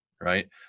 right